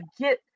get